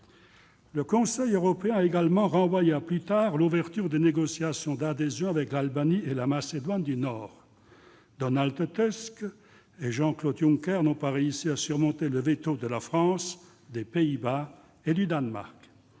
Le Conseil européen a également renvoyé à plus tard l'ouverture des négociations d'adhésion avec l'Albanie et la Macédoine du Nord. Donald Tusk et Jean-Claude Juncker n'ont pas réussi à surmonter le veto de la France, des Pays-Bas et du Danemark.